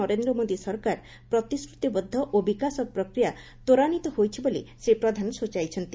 ନରେନ୍ଦ ମୋଦି ସରକାର ପ୍ରତିଶ୍ରତିବଦ୍ଧ ଓ ବିକାଶ ପ୍ରକ୍ରିୟା ତ୍ୱରାନ୍ୱିତ ହୋଇଛି ବୋଲି ଶ୍ରୀ ପ୍ରଧାନ ସୂଚାଇଛନ୍ତି